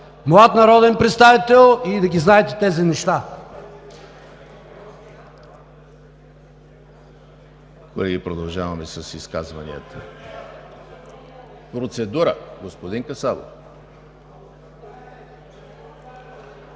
млад народен представител и да ги знаете тези неща.